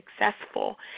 successful